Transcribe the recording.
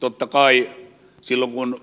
totta kai silloin kun